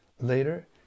Later